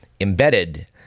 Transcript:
embedded